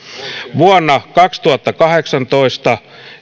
vuonna kaksituhattakahdeksantoista